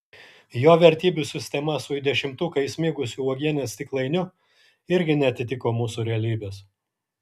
jo vertybių sistema su į dešimtuką įsmigusiu uogienės stiklainiu irgi neatitiko mūsų realybės